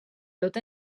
tot